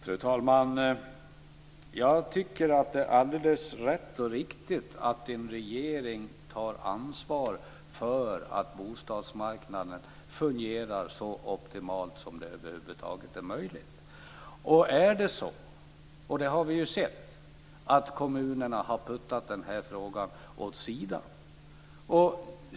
Fru talman! Jag tycker att det är alldeles rätt och riktigt att en regering tar ansvar för att bostadsmarknaden fungerar så optimalt som det över huvud taget är möjligt. Vi har sett att kommunerna har puttat frågan åt sidan.